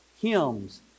hymns